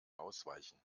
ausweichen